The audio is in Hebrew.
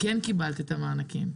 כן קיבלת את המענקים.